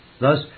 Thus